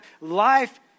Life